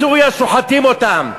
בסוריה שוחטים אותם.